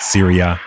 Syria